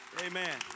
Amen